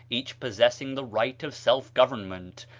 each possessing the right of self-government,